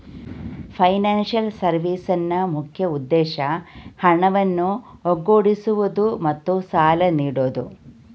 financial ಸರ್ವಿಸ್ನ ಮುಖ್ಯ ಉದ್ದೇಶ ಹಣವನ್ನು ಒಗ್ಗೂಡಿಸುವುದು ಮತ್ತು ಸಾಲ ನೀಡೋದು